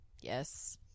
yes